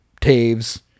Taves